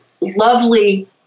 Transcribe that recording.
lovely